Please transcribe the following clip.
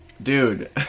Dude